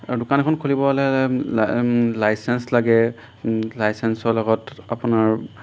আৰু দোকান এখন খুলিবলৈ হ'লে লাই লাইচেঞ্চ লাগে লাইচেঞ্চৰ লগত আপোনাৰ